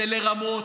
זה לרמות?